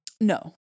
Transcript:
No